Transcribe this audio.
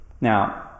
Now